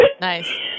Nice